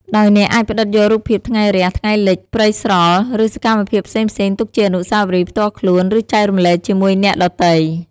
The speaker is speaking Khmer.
ដោយអ្នកអាចផ្តិតយករូបភាពថ្ងៃរះ ថ្ងៃលិច ព្រៃស្រល់ ឬសកម្មភាពផ្សេងៗទុកជាអនុស្សាវរីយ៍ផ្ទាល់ខ្លួន ឬចែករំលែកជាមួយអ្នកដទៃ។